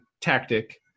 tactic